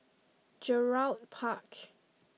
Gerald Park